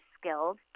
skilled